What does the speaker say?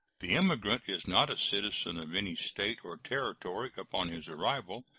the immigrant is not a citizen of any state or territory upon his arrival,